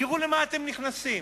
תראו למה אתם נכנסים.